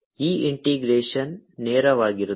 ಈ ಇಂಟಿಗ್ರೇಶನ್ ನೇರವಾಗಿರುತ್ತದೆ